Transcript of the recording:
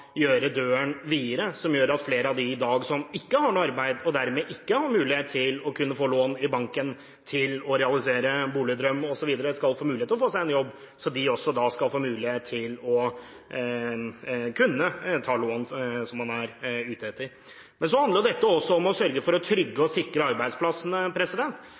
gjøre døren videre, slik at flere av dem som i dag ikke har noe arbeid – og dermed ikke har mulighet til å få lån i banken til å realisere boligdrømmen osv. – skal få mulighet til å få seg en jobb, så de også skal få mulighet til å kunne ta opp det lånet de er ute etter. Så handler dette også om å sørge for å sikre arbeidsplassene,